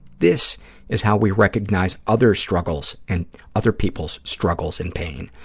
this is how we recognize other struggles and other people's struggles and pain.